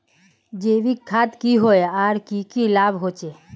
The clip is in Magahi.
जैविक खाद की होय आर की की लाभ होचे?